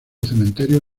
cementerio